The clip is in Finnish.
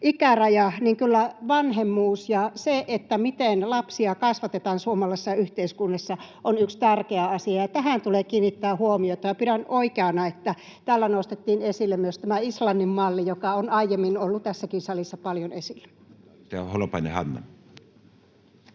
— kyllä vanhemmuus ja se, miten lapsia kasvatetaan suomalaisessa yhteiskunnassa, on yksi tärkeä asia, ja tähän tulee kiinnittää huomiota. Pidän oikeana, että täällä nostettiin esille myös tämä Islannin malli, joka on aiemmin ollut tässäkin salissa paljon esillä. [Speech